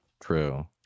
True